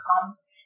comes